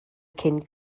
cyn